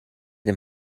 dem